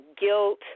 guilt